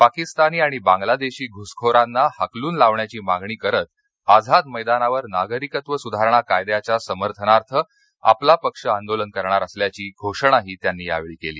पाकिस्तानी आणि बांगलादेशी घूसखोरांना हाकलून लावण्याची मागणी करत आझाद मैदानावर नागरिकत्व सुधारणा कायद्याच्या समर्थनार्थ आपला पक्ष आंदोलन करणार असल्याची घोषणाही त्यांनी यावेळी केली